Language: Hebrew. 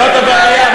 זאת הבעיה,